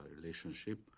relationship